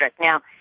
now